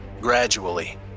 Gradually